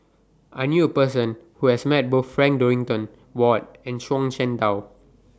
I knew A Person Who has Met Both Frank Dorrington Ward and Zhuang Shengtao